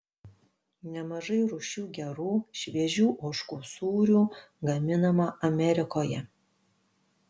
nemažai rūšių gerų šviežių ožkų sūrių gaminama amerikoje